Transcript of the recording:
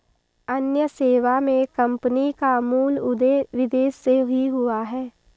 अन्य सेवा मे कम्पनी का मूल उदय विदेश से ही हुआ है